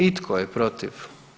I tko je protiv?